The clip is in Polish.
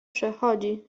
przechodzi